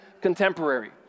contemporary